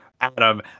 Adam